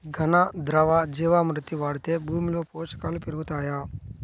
ఘన, ద్రవ జీవా మృతి వాడితే భూమిలో పోషకాలు పెరుగుతాయా?